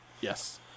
Yes